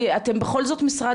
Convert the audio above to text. אתם בכל זאת משרד